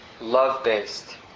love-based